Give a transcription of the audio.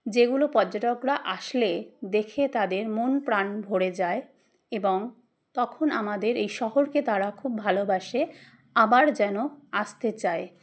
যেগুলো পর্যটকরা আসলে দেখে তাদের মন প্রাণ ভরে যায় এবং তখন আমাদের এই শহরকে তারা খুব ভালোবাসে আবার যেন আসতে চায়